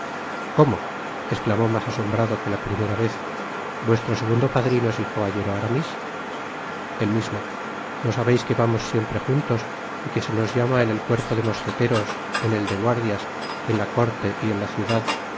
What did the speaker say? como esclamó mas asombrado que la primera vez vuestro segundo padrino es el caballero aramis el mismo no sabeis que vamos siempre juntos y que se nos llama en el cuerpo de mosqueteros en el de guardias en la corte y en la ciudad